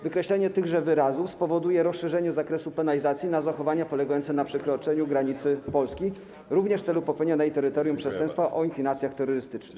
Wykreślenie tychże wyrazów spowoduje rozszerzenie zakresu penalizacji o zachowania polegające na przekroczeniu granicy Polski również w celu popełnienia na jej terytorium przestępstwa o inklinacjach terrorystycznych.